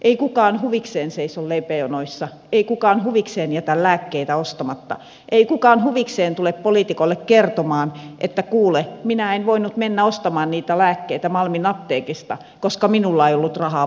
ei kukaan huvikseen seiso leipäjonoissa ei kukaan huvikseen jätä lääkkeitä ostamatta ei kukaan huvikseen tule poliitikolle kertomaan että kuule minä en voinut mennä ostamaan niitä lääkkeitä malmin apteekista koska minulla ei ollut rahaa bussilippuun